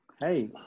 Hey